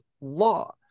law